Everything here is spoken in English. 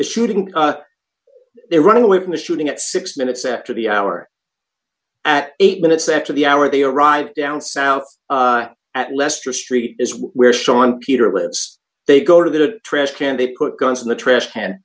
the shooting they run away from the shooting at six minutes after the hour at eight minutes after the hour they arrived down south at lester street is where sean peter lives they go to get a trash can they put guns in the trash can